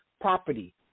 property